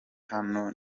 hano